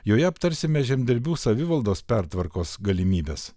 joje aptarsime žemdirbių savivaldos pertvarkos galimybes